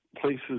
places